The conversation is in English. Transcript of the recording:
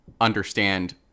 understand